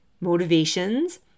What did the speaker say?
motivations